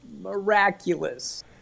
miraculous